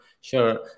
Sure